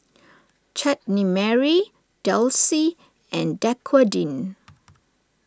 Chutney Mary Delsey and Dequadin